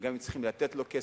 וגם אם צריכים לתת לו כסף,